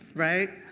right?